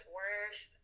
worse